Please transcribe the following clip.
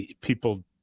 people